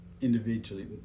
individually